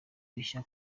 bishya